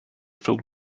filled